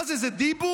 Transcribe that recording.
מה זה, זה דיבוק?